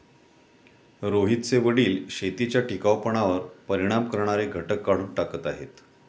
रोहितचे वडील शेतीच्या टिकाऊपणावर परिणाम करणारे घटक काढून टाकत आहेत